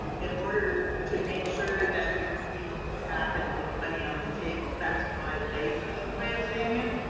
in order to make sure that you um you don't come back and leave money on the table. that's my layperson way of saying it.